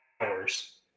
hours